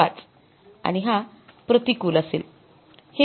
५ आणि हा प्रतिकूल असेल